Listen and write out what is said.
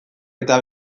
eta